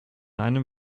einem